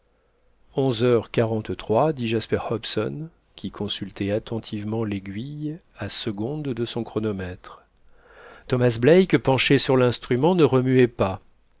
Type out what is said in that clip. onze heures quarante-trois dit jasper hobson qui consultait attentivement l'aiguille à secondes de son chronomètre thomas black penché sur l'instrument ne remuait pas